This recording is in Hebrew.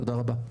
תודה רבה.